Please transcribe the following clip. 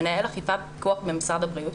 מנהל אגף אכיפה ופיקוח במשרד הבריאות,